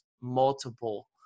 multiple